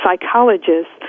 psychologists